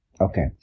Okay